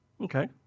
Okay